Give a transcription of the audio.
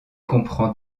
comprend